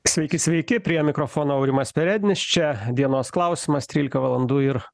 sveiki sveiki prie mikrofono aurimas perednis čia dienos klausimas trylika valandų ir